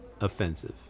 offensive